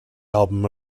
album